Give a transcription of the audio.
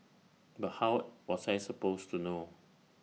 but how was I supposed to know